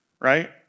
right